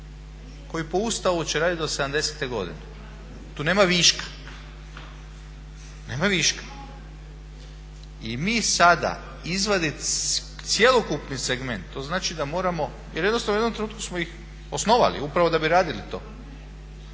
koji po Ustavu će raditi do 70. godine. Tu nema viška, nema viška. I mi sada izvaditi cjelokupni segment, to znači da moramo, jer jednostavno u jednom trenutku smo ih osnovali upravo da bi radili to.